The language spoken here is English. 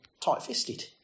tight-fisted